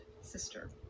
sister